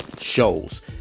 shows